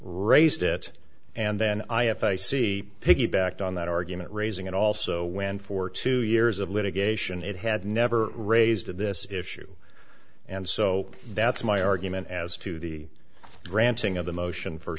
raised it and then i if i see piggybacked on that argument raising it also when for two years of litigation it had never raised of this issue and so that's my argument as to the granting of the motion for